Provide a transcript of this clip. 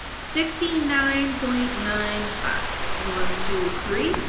sixty nine point nine five one, two, three.